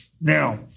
Now